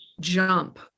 jump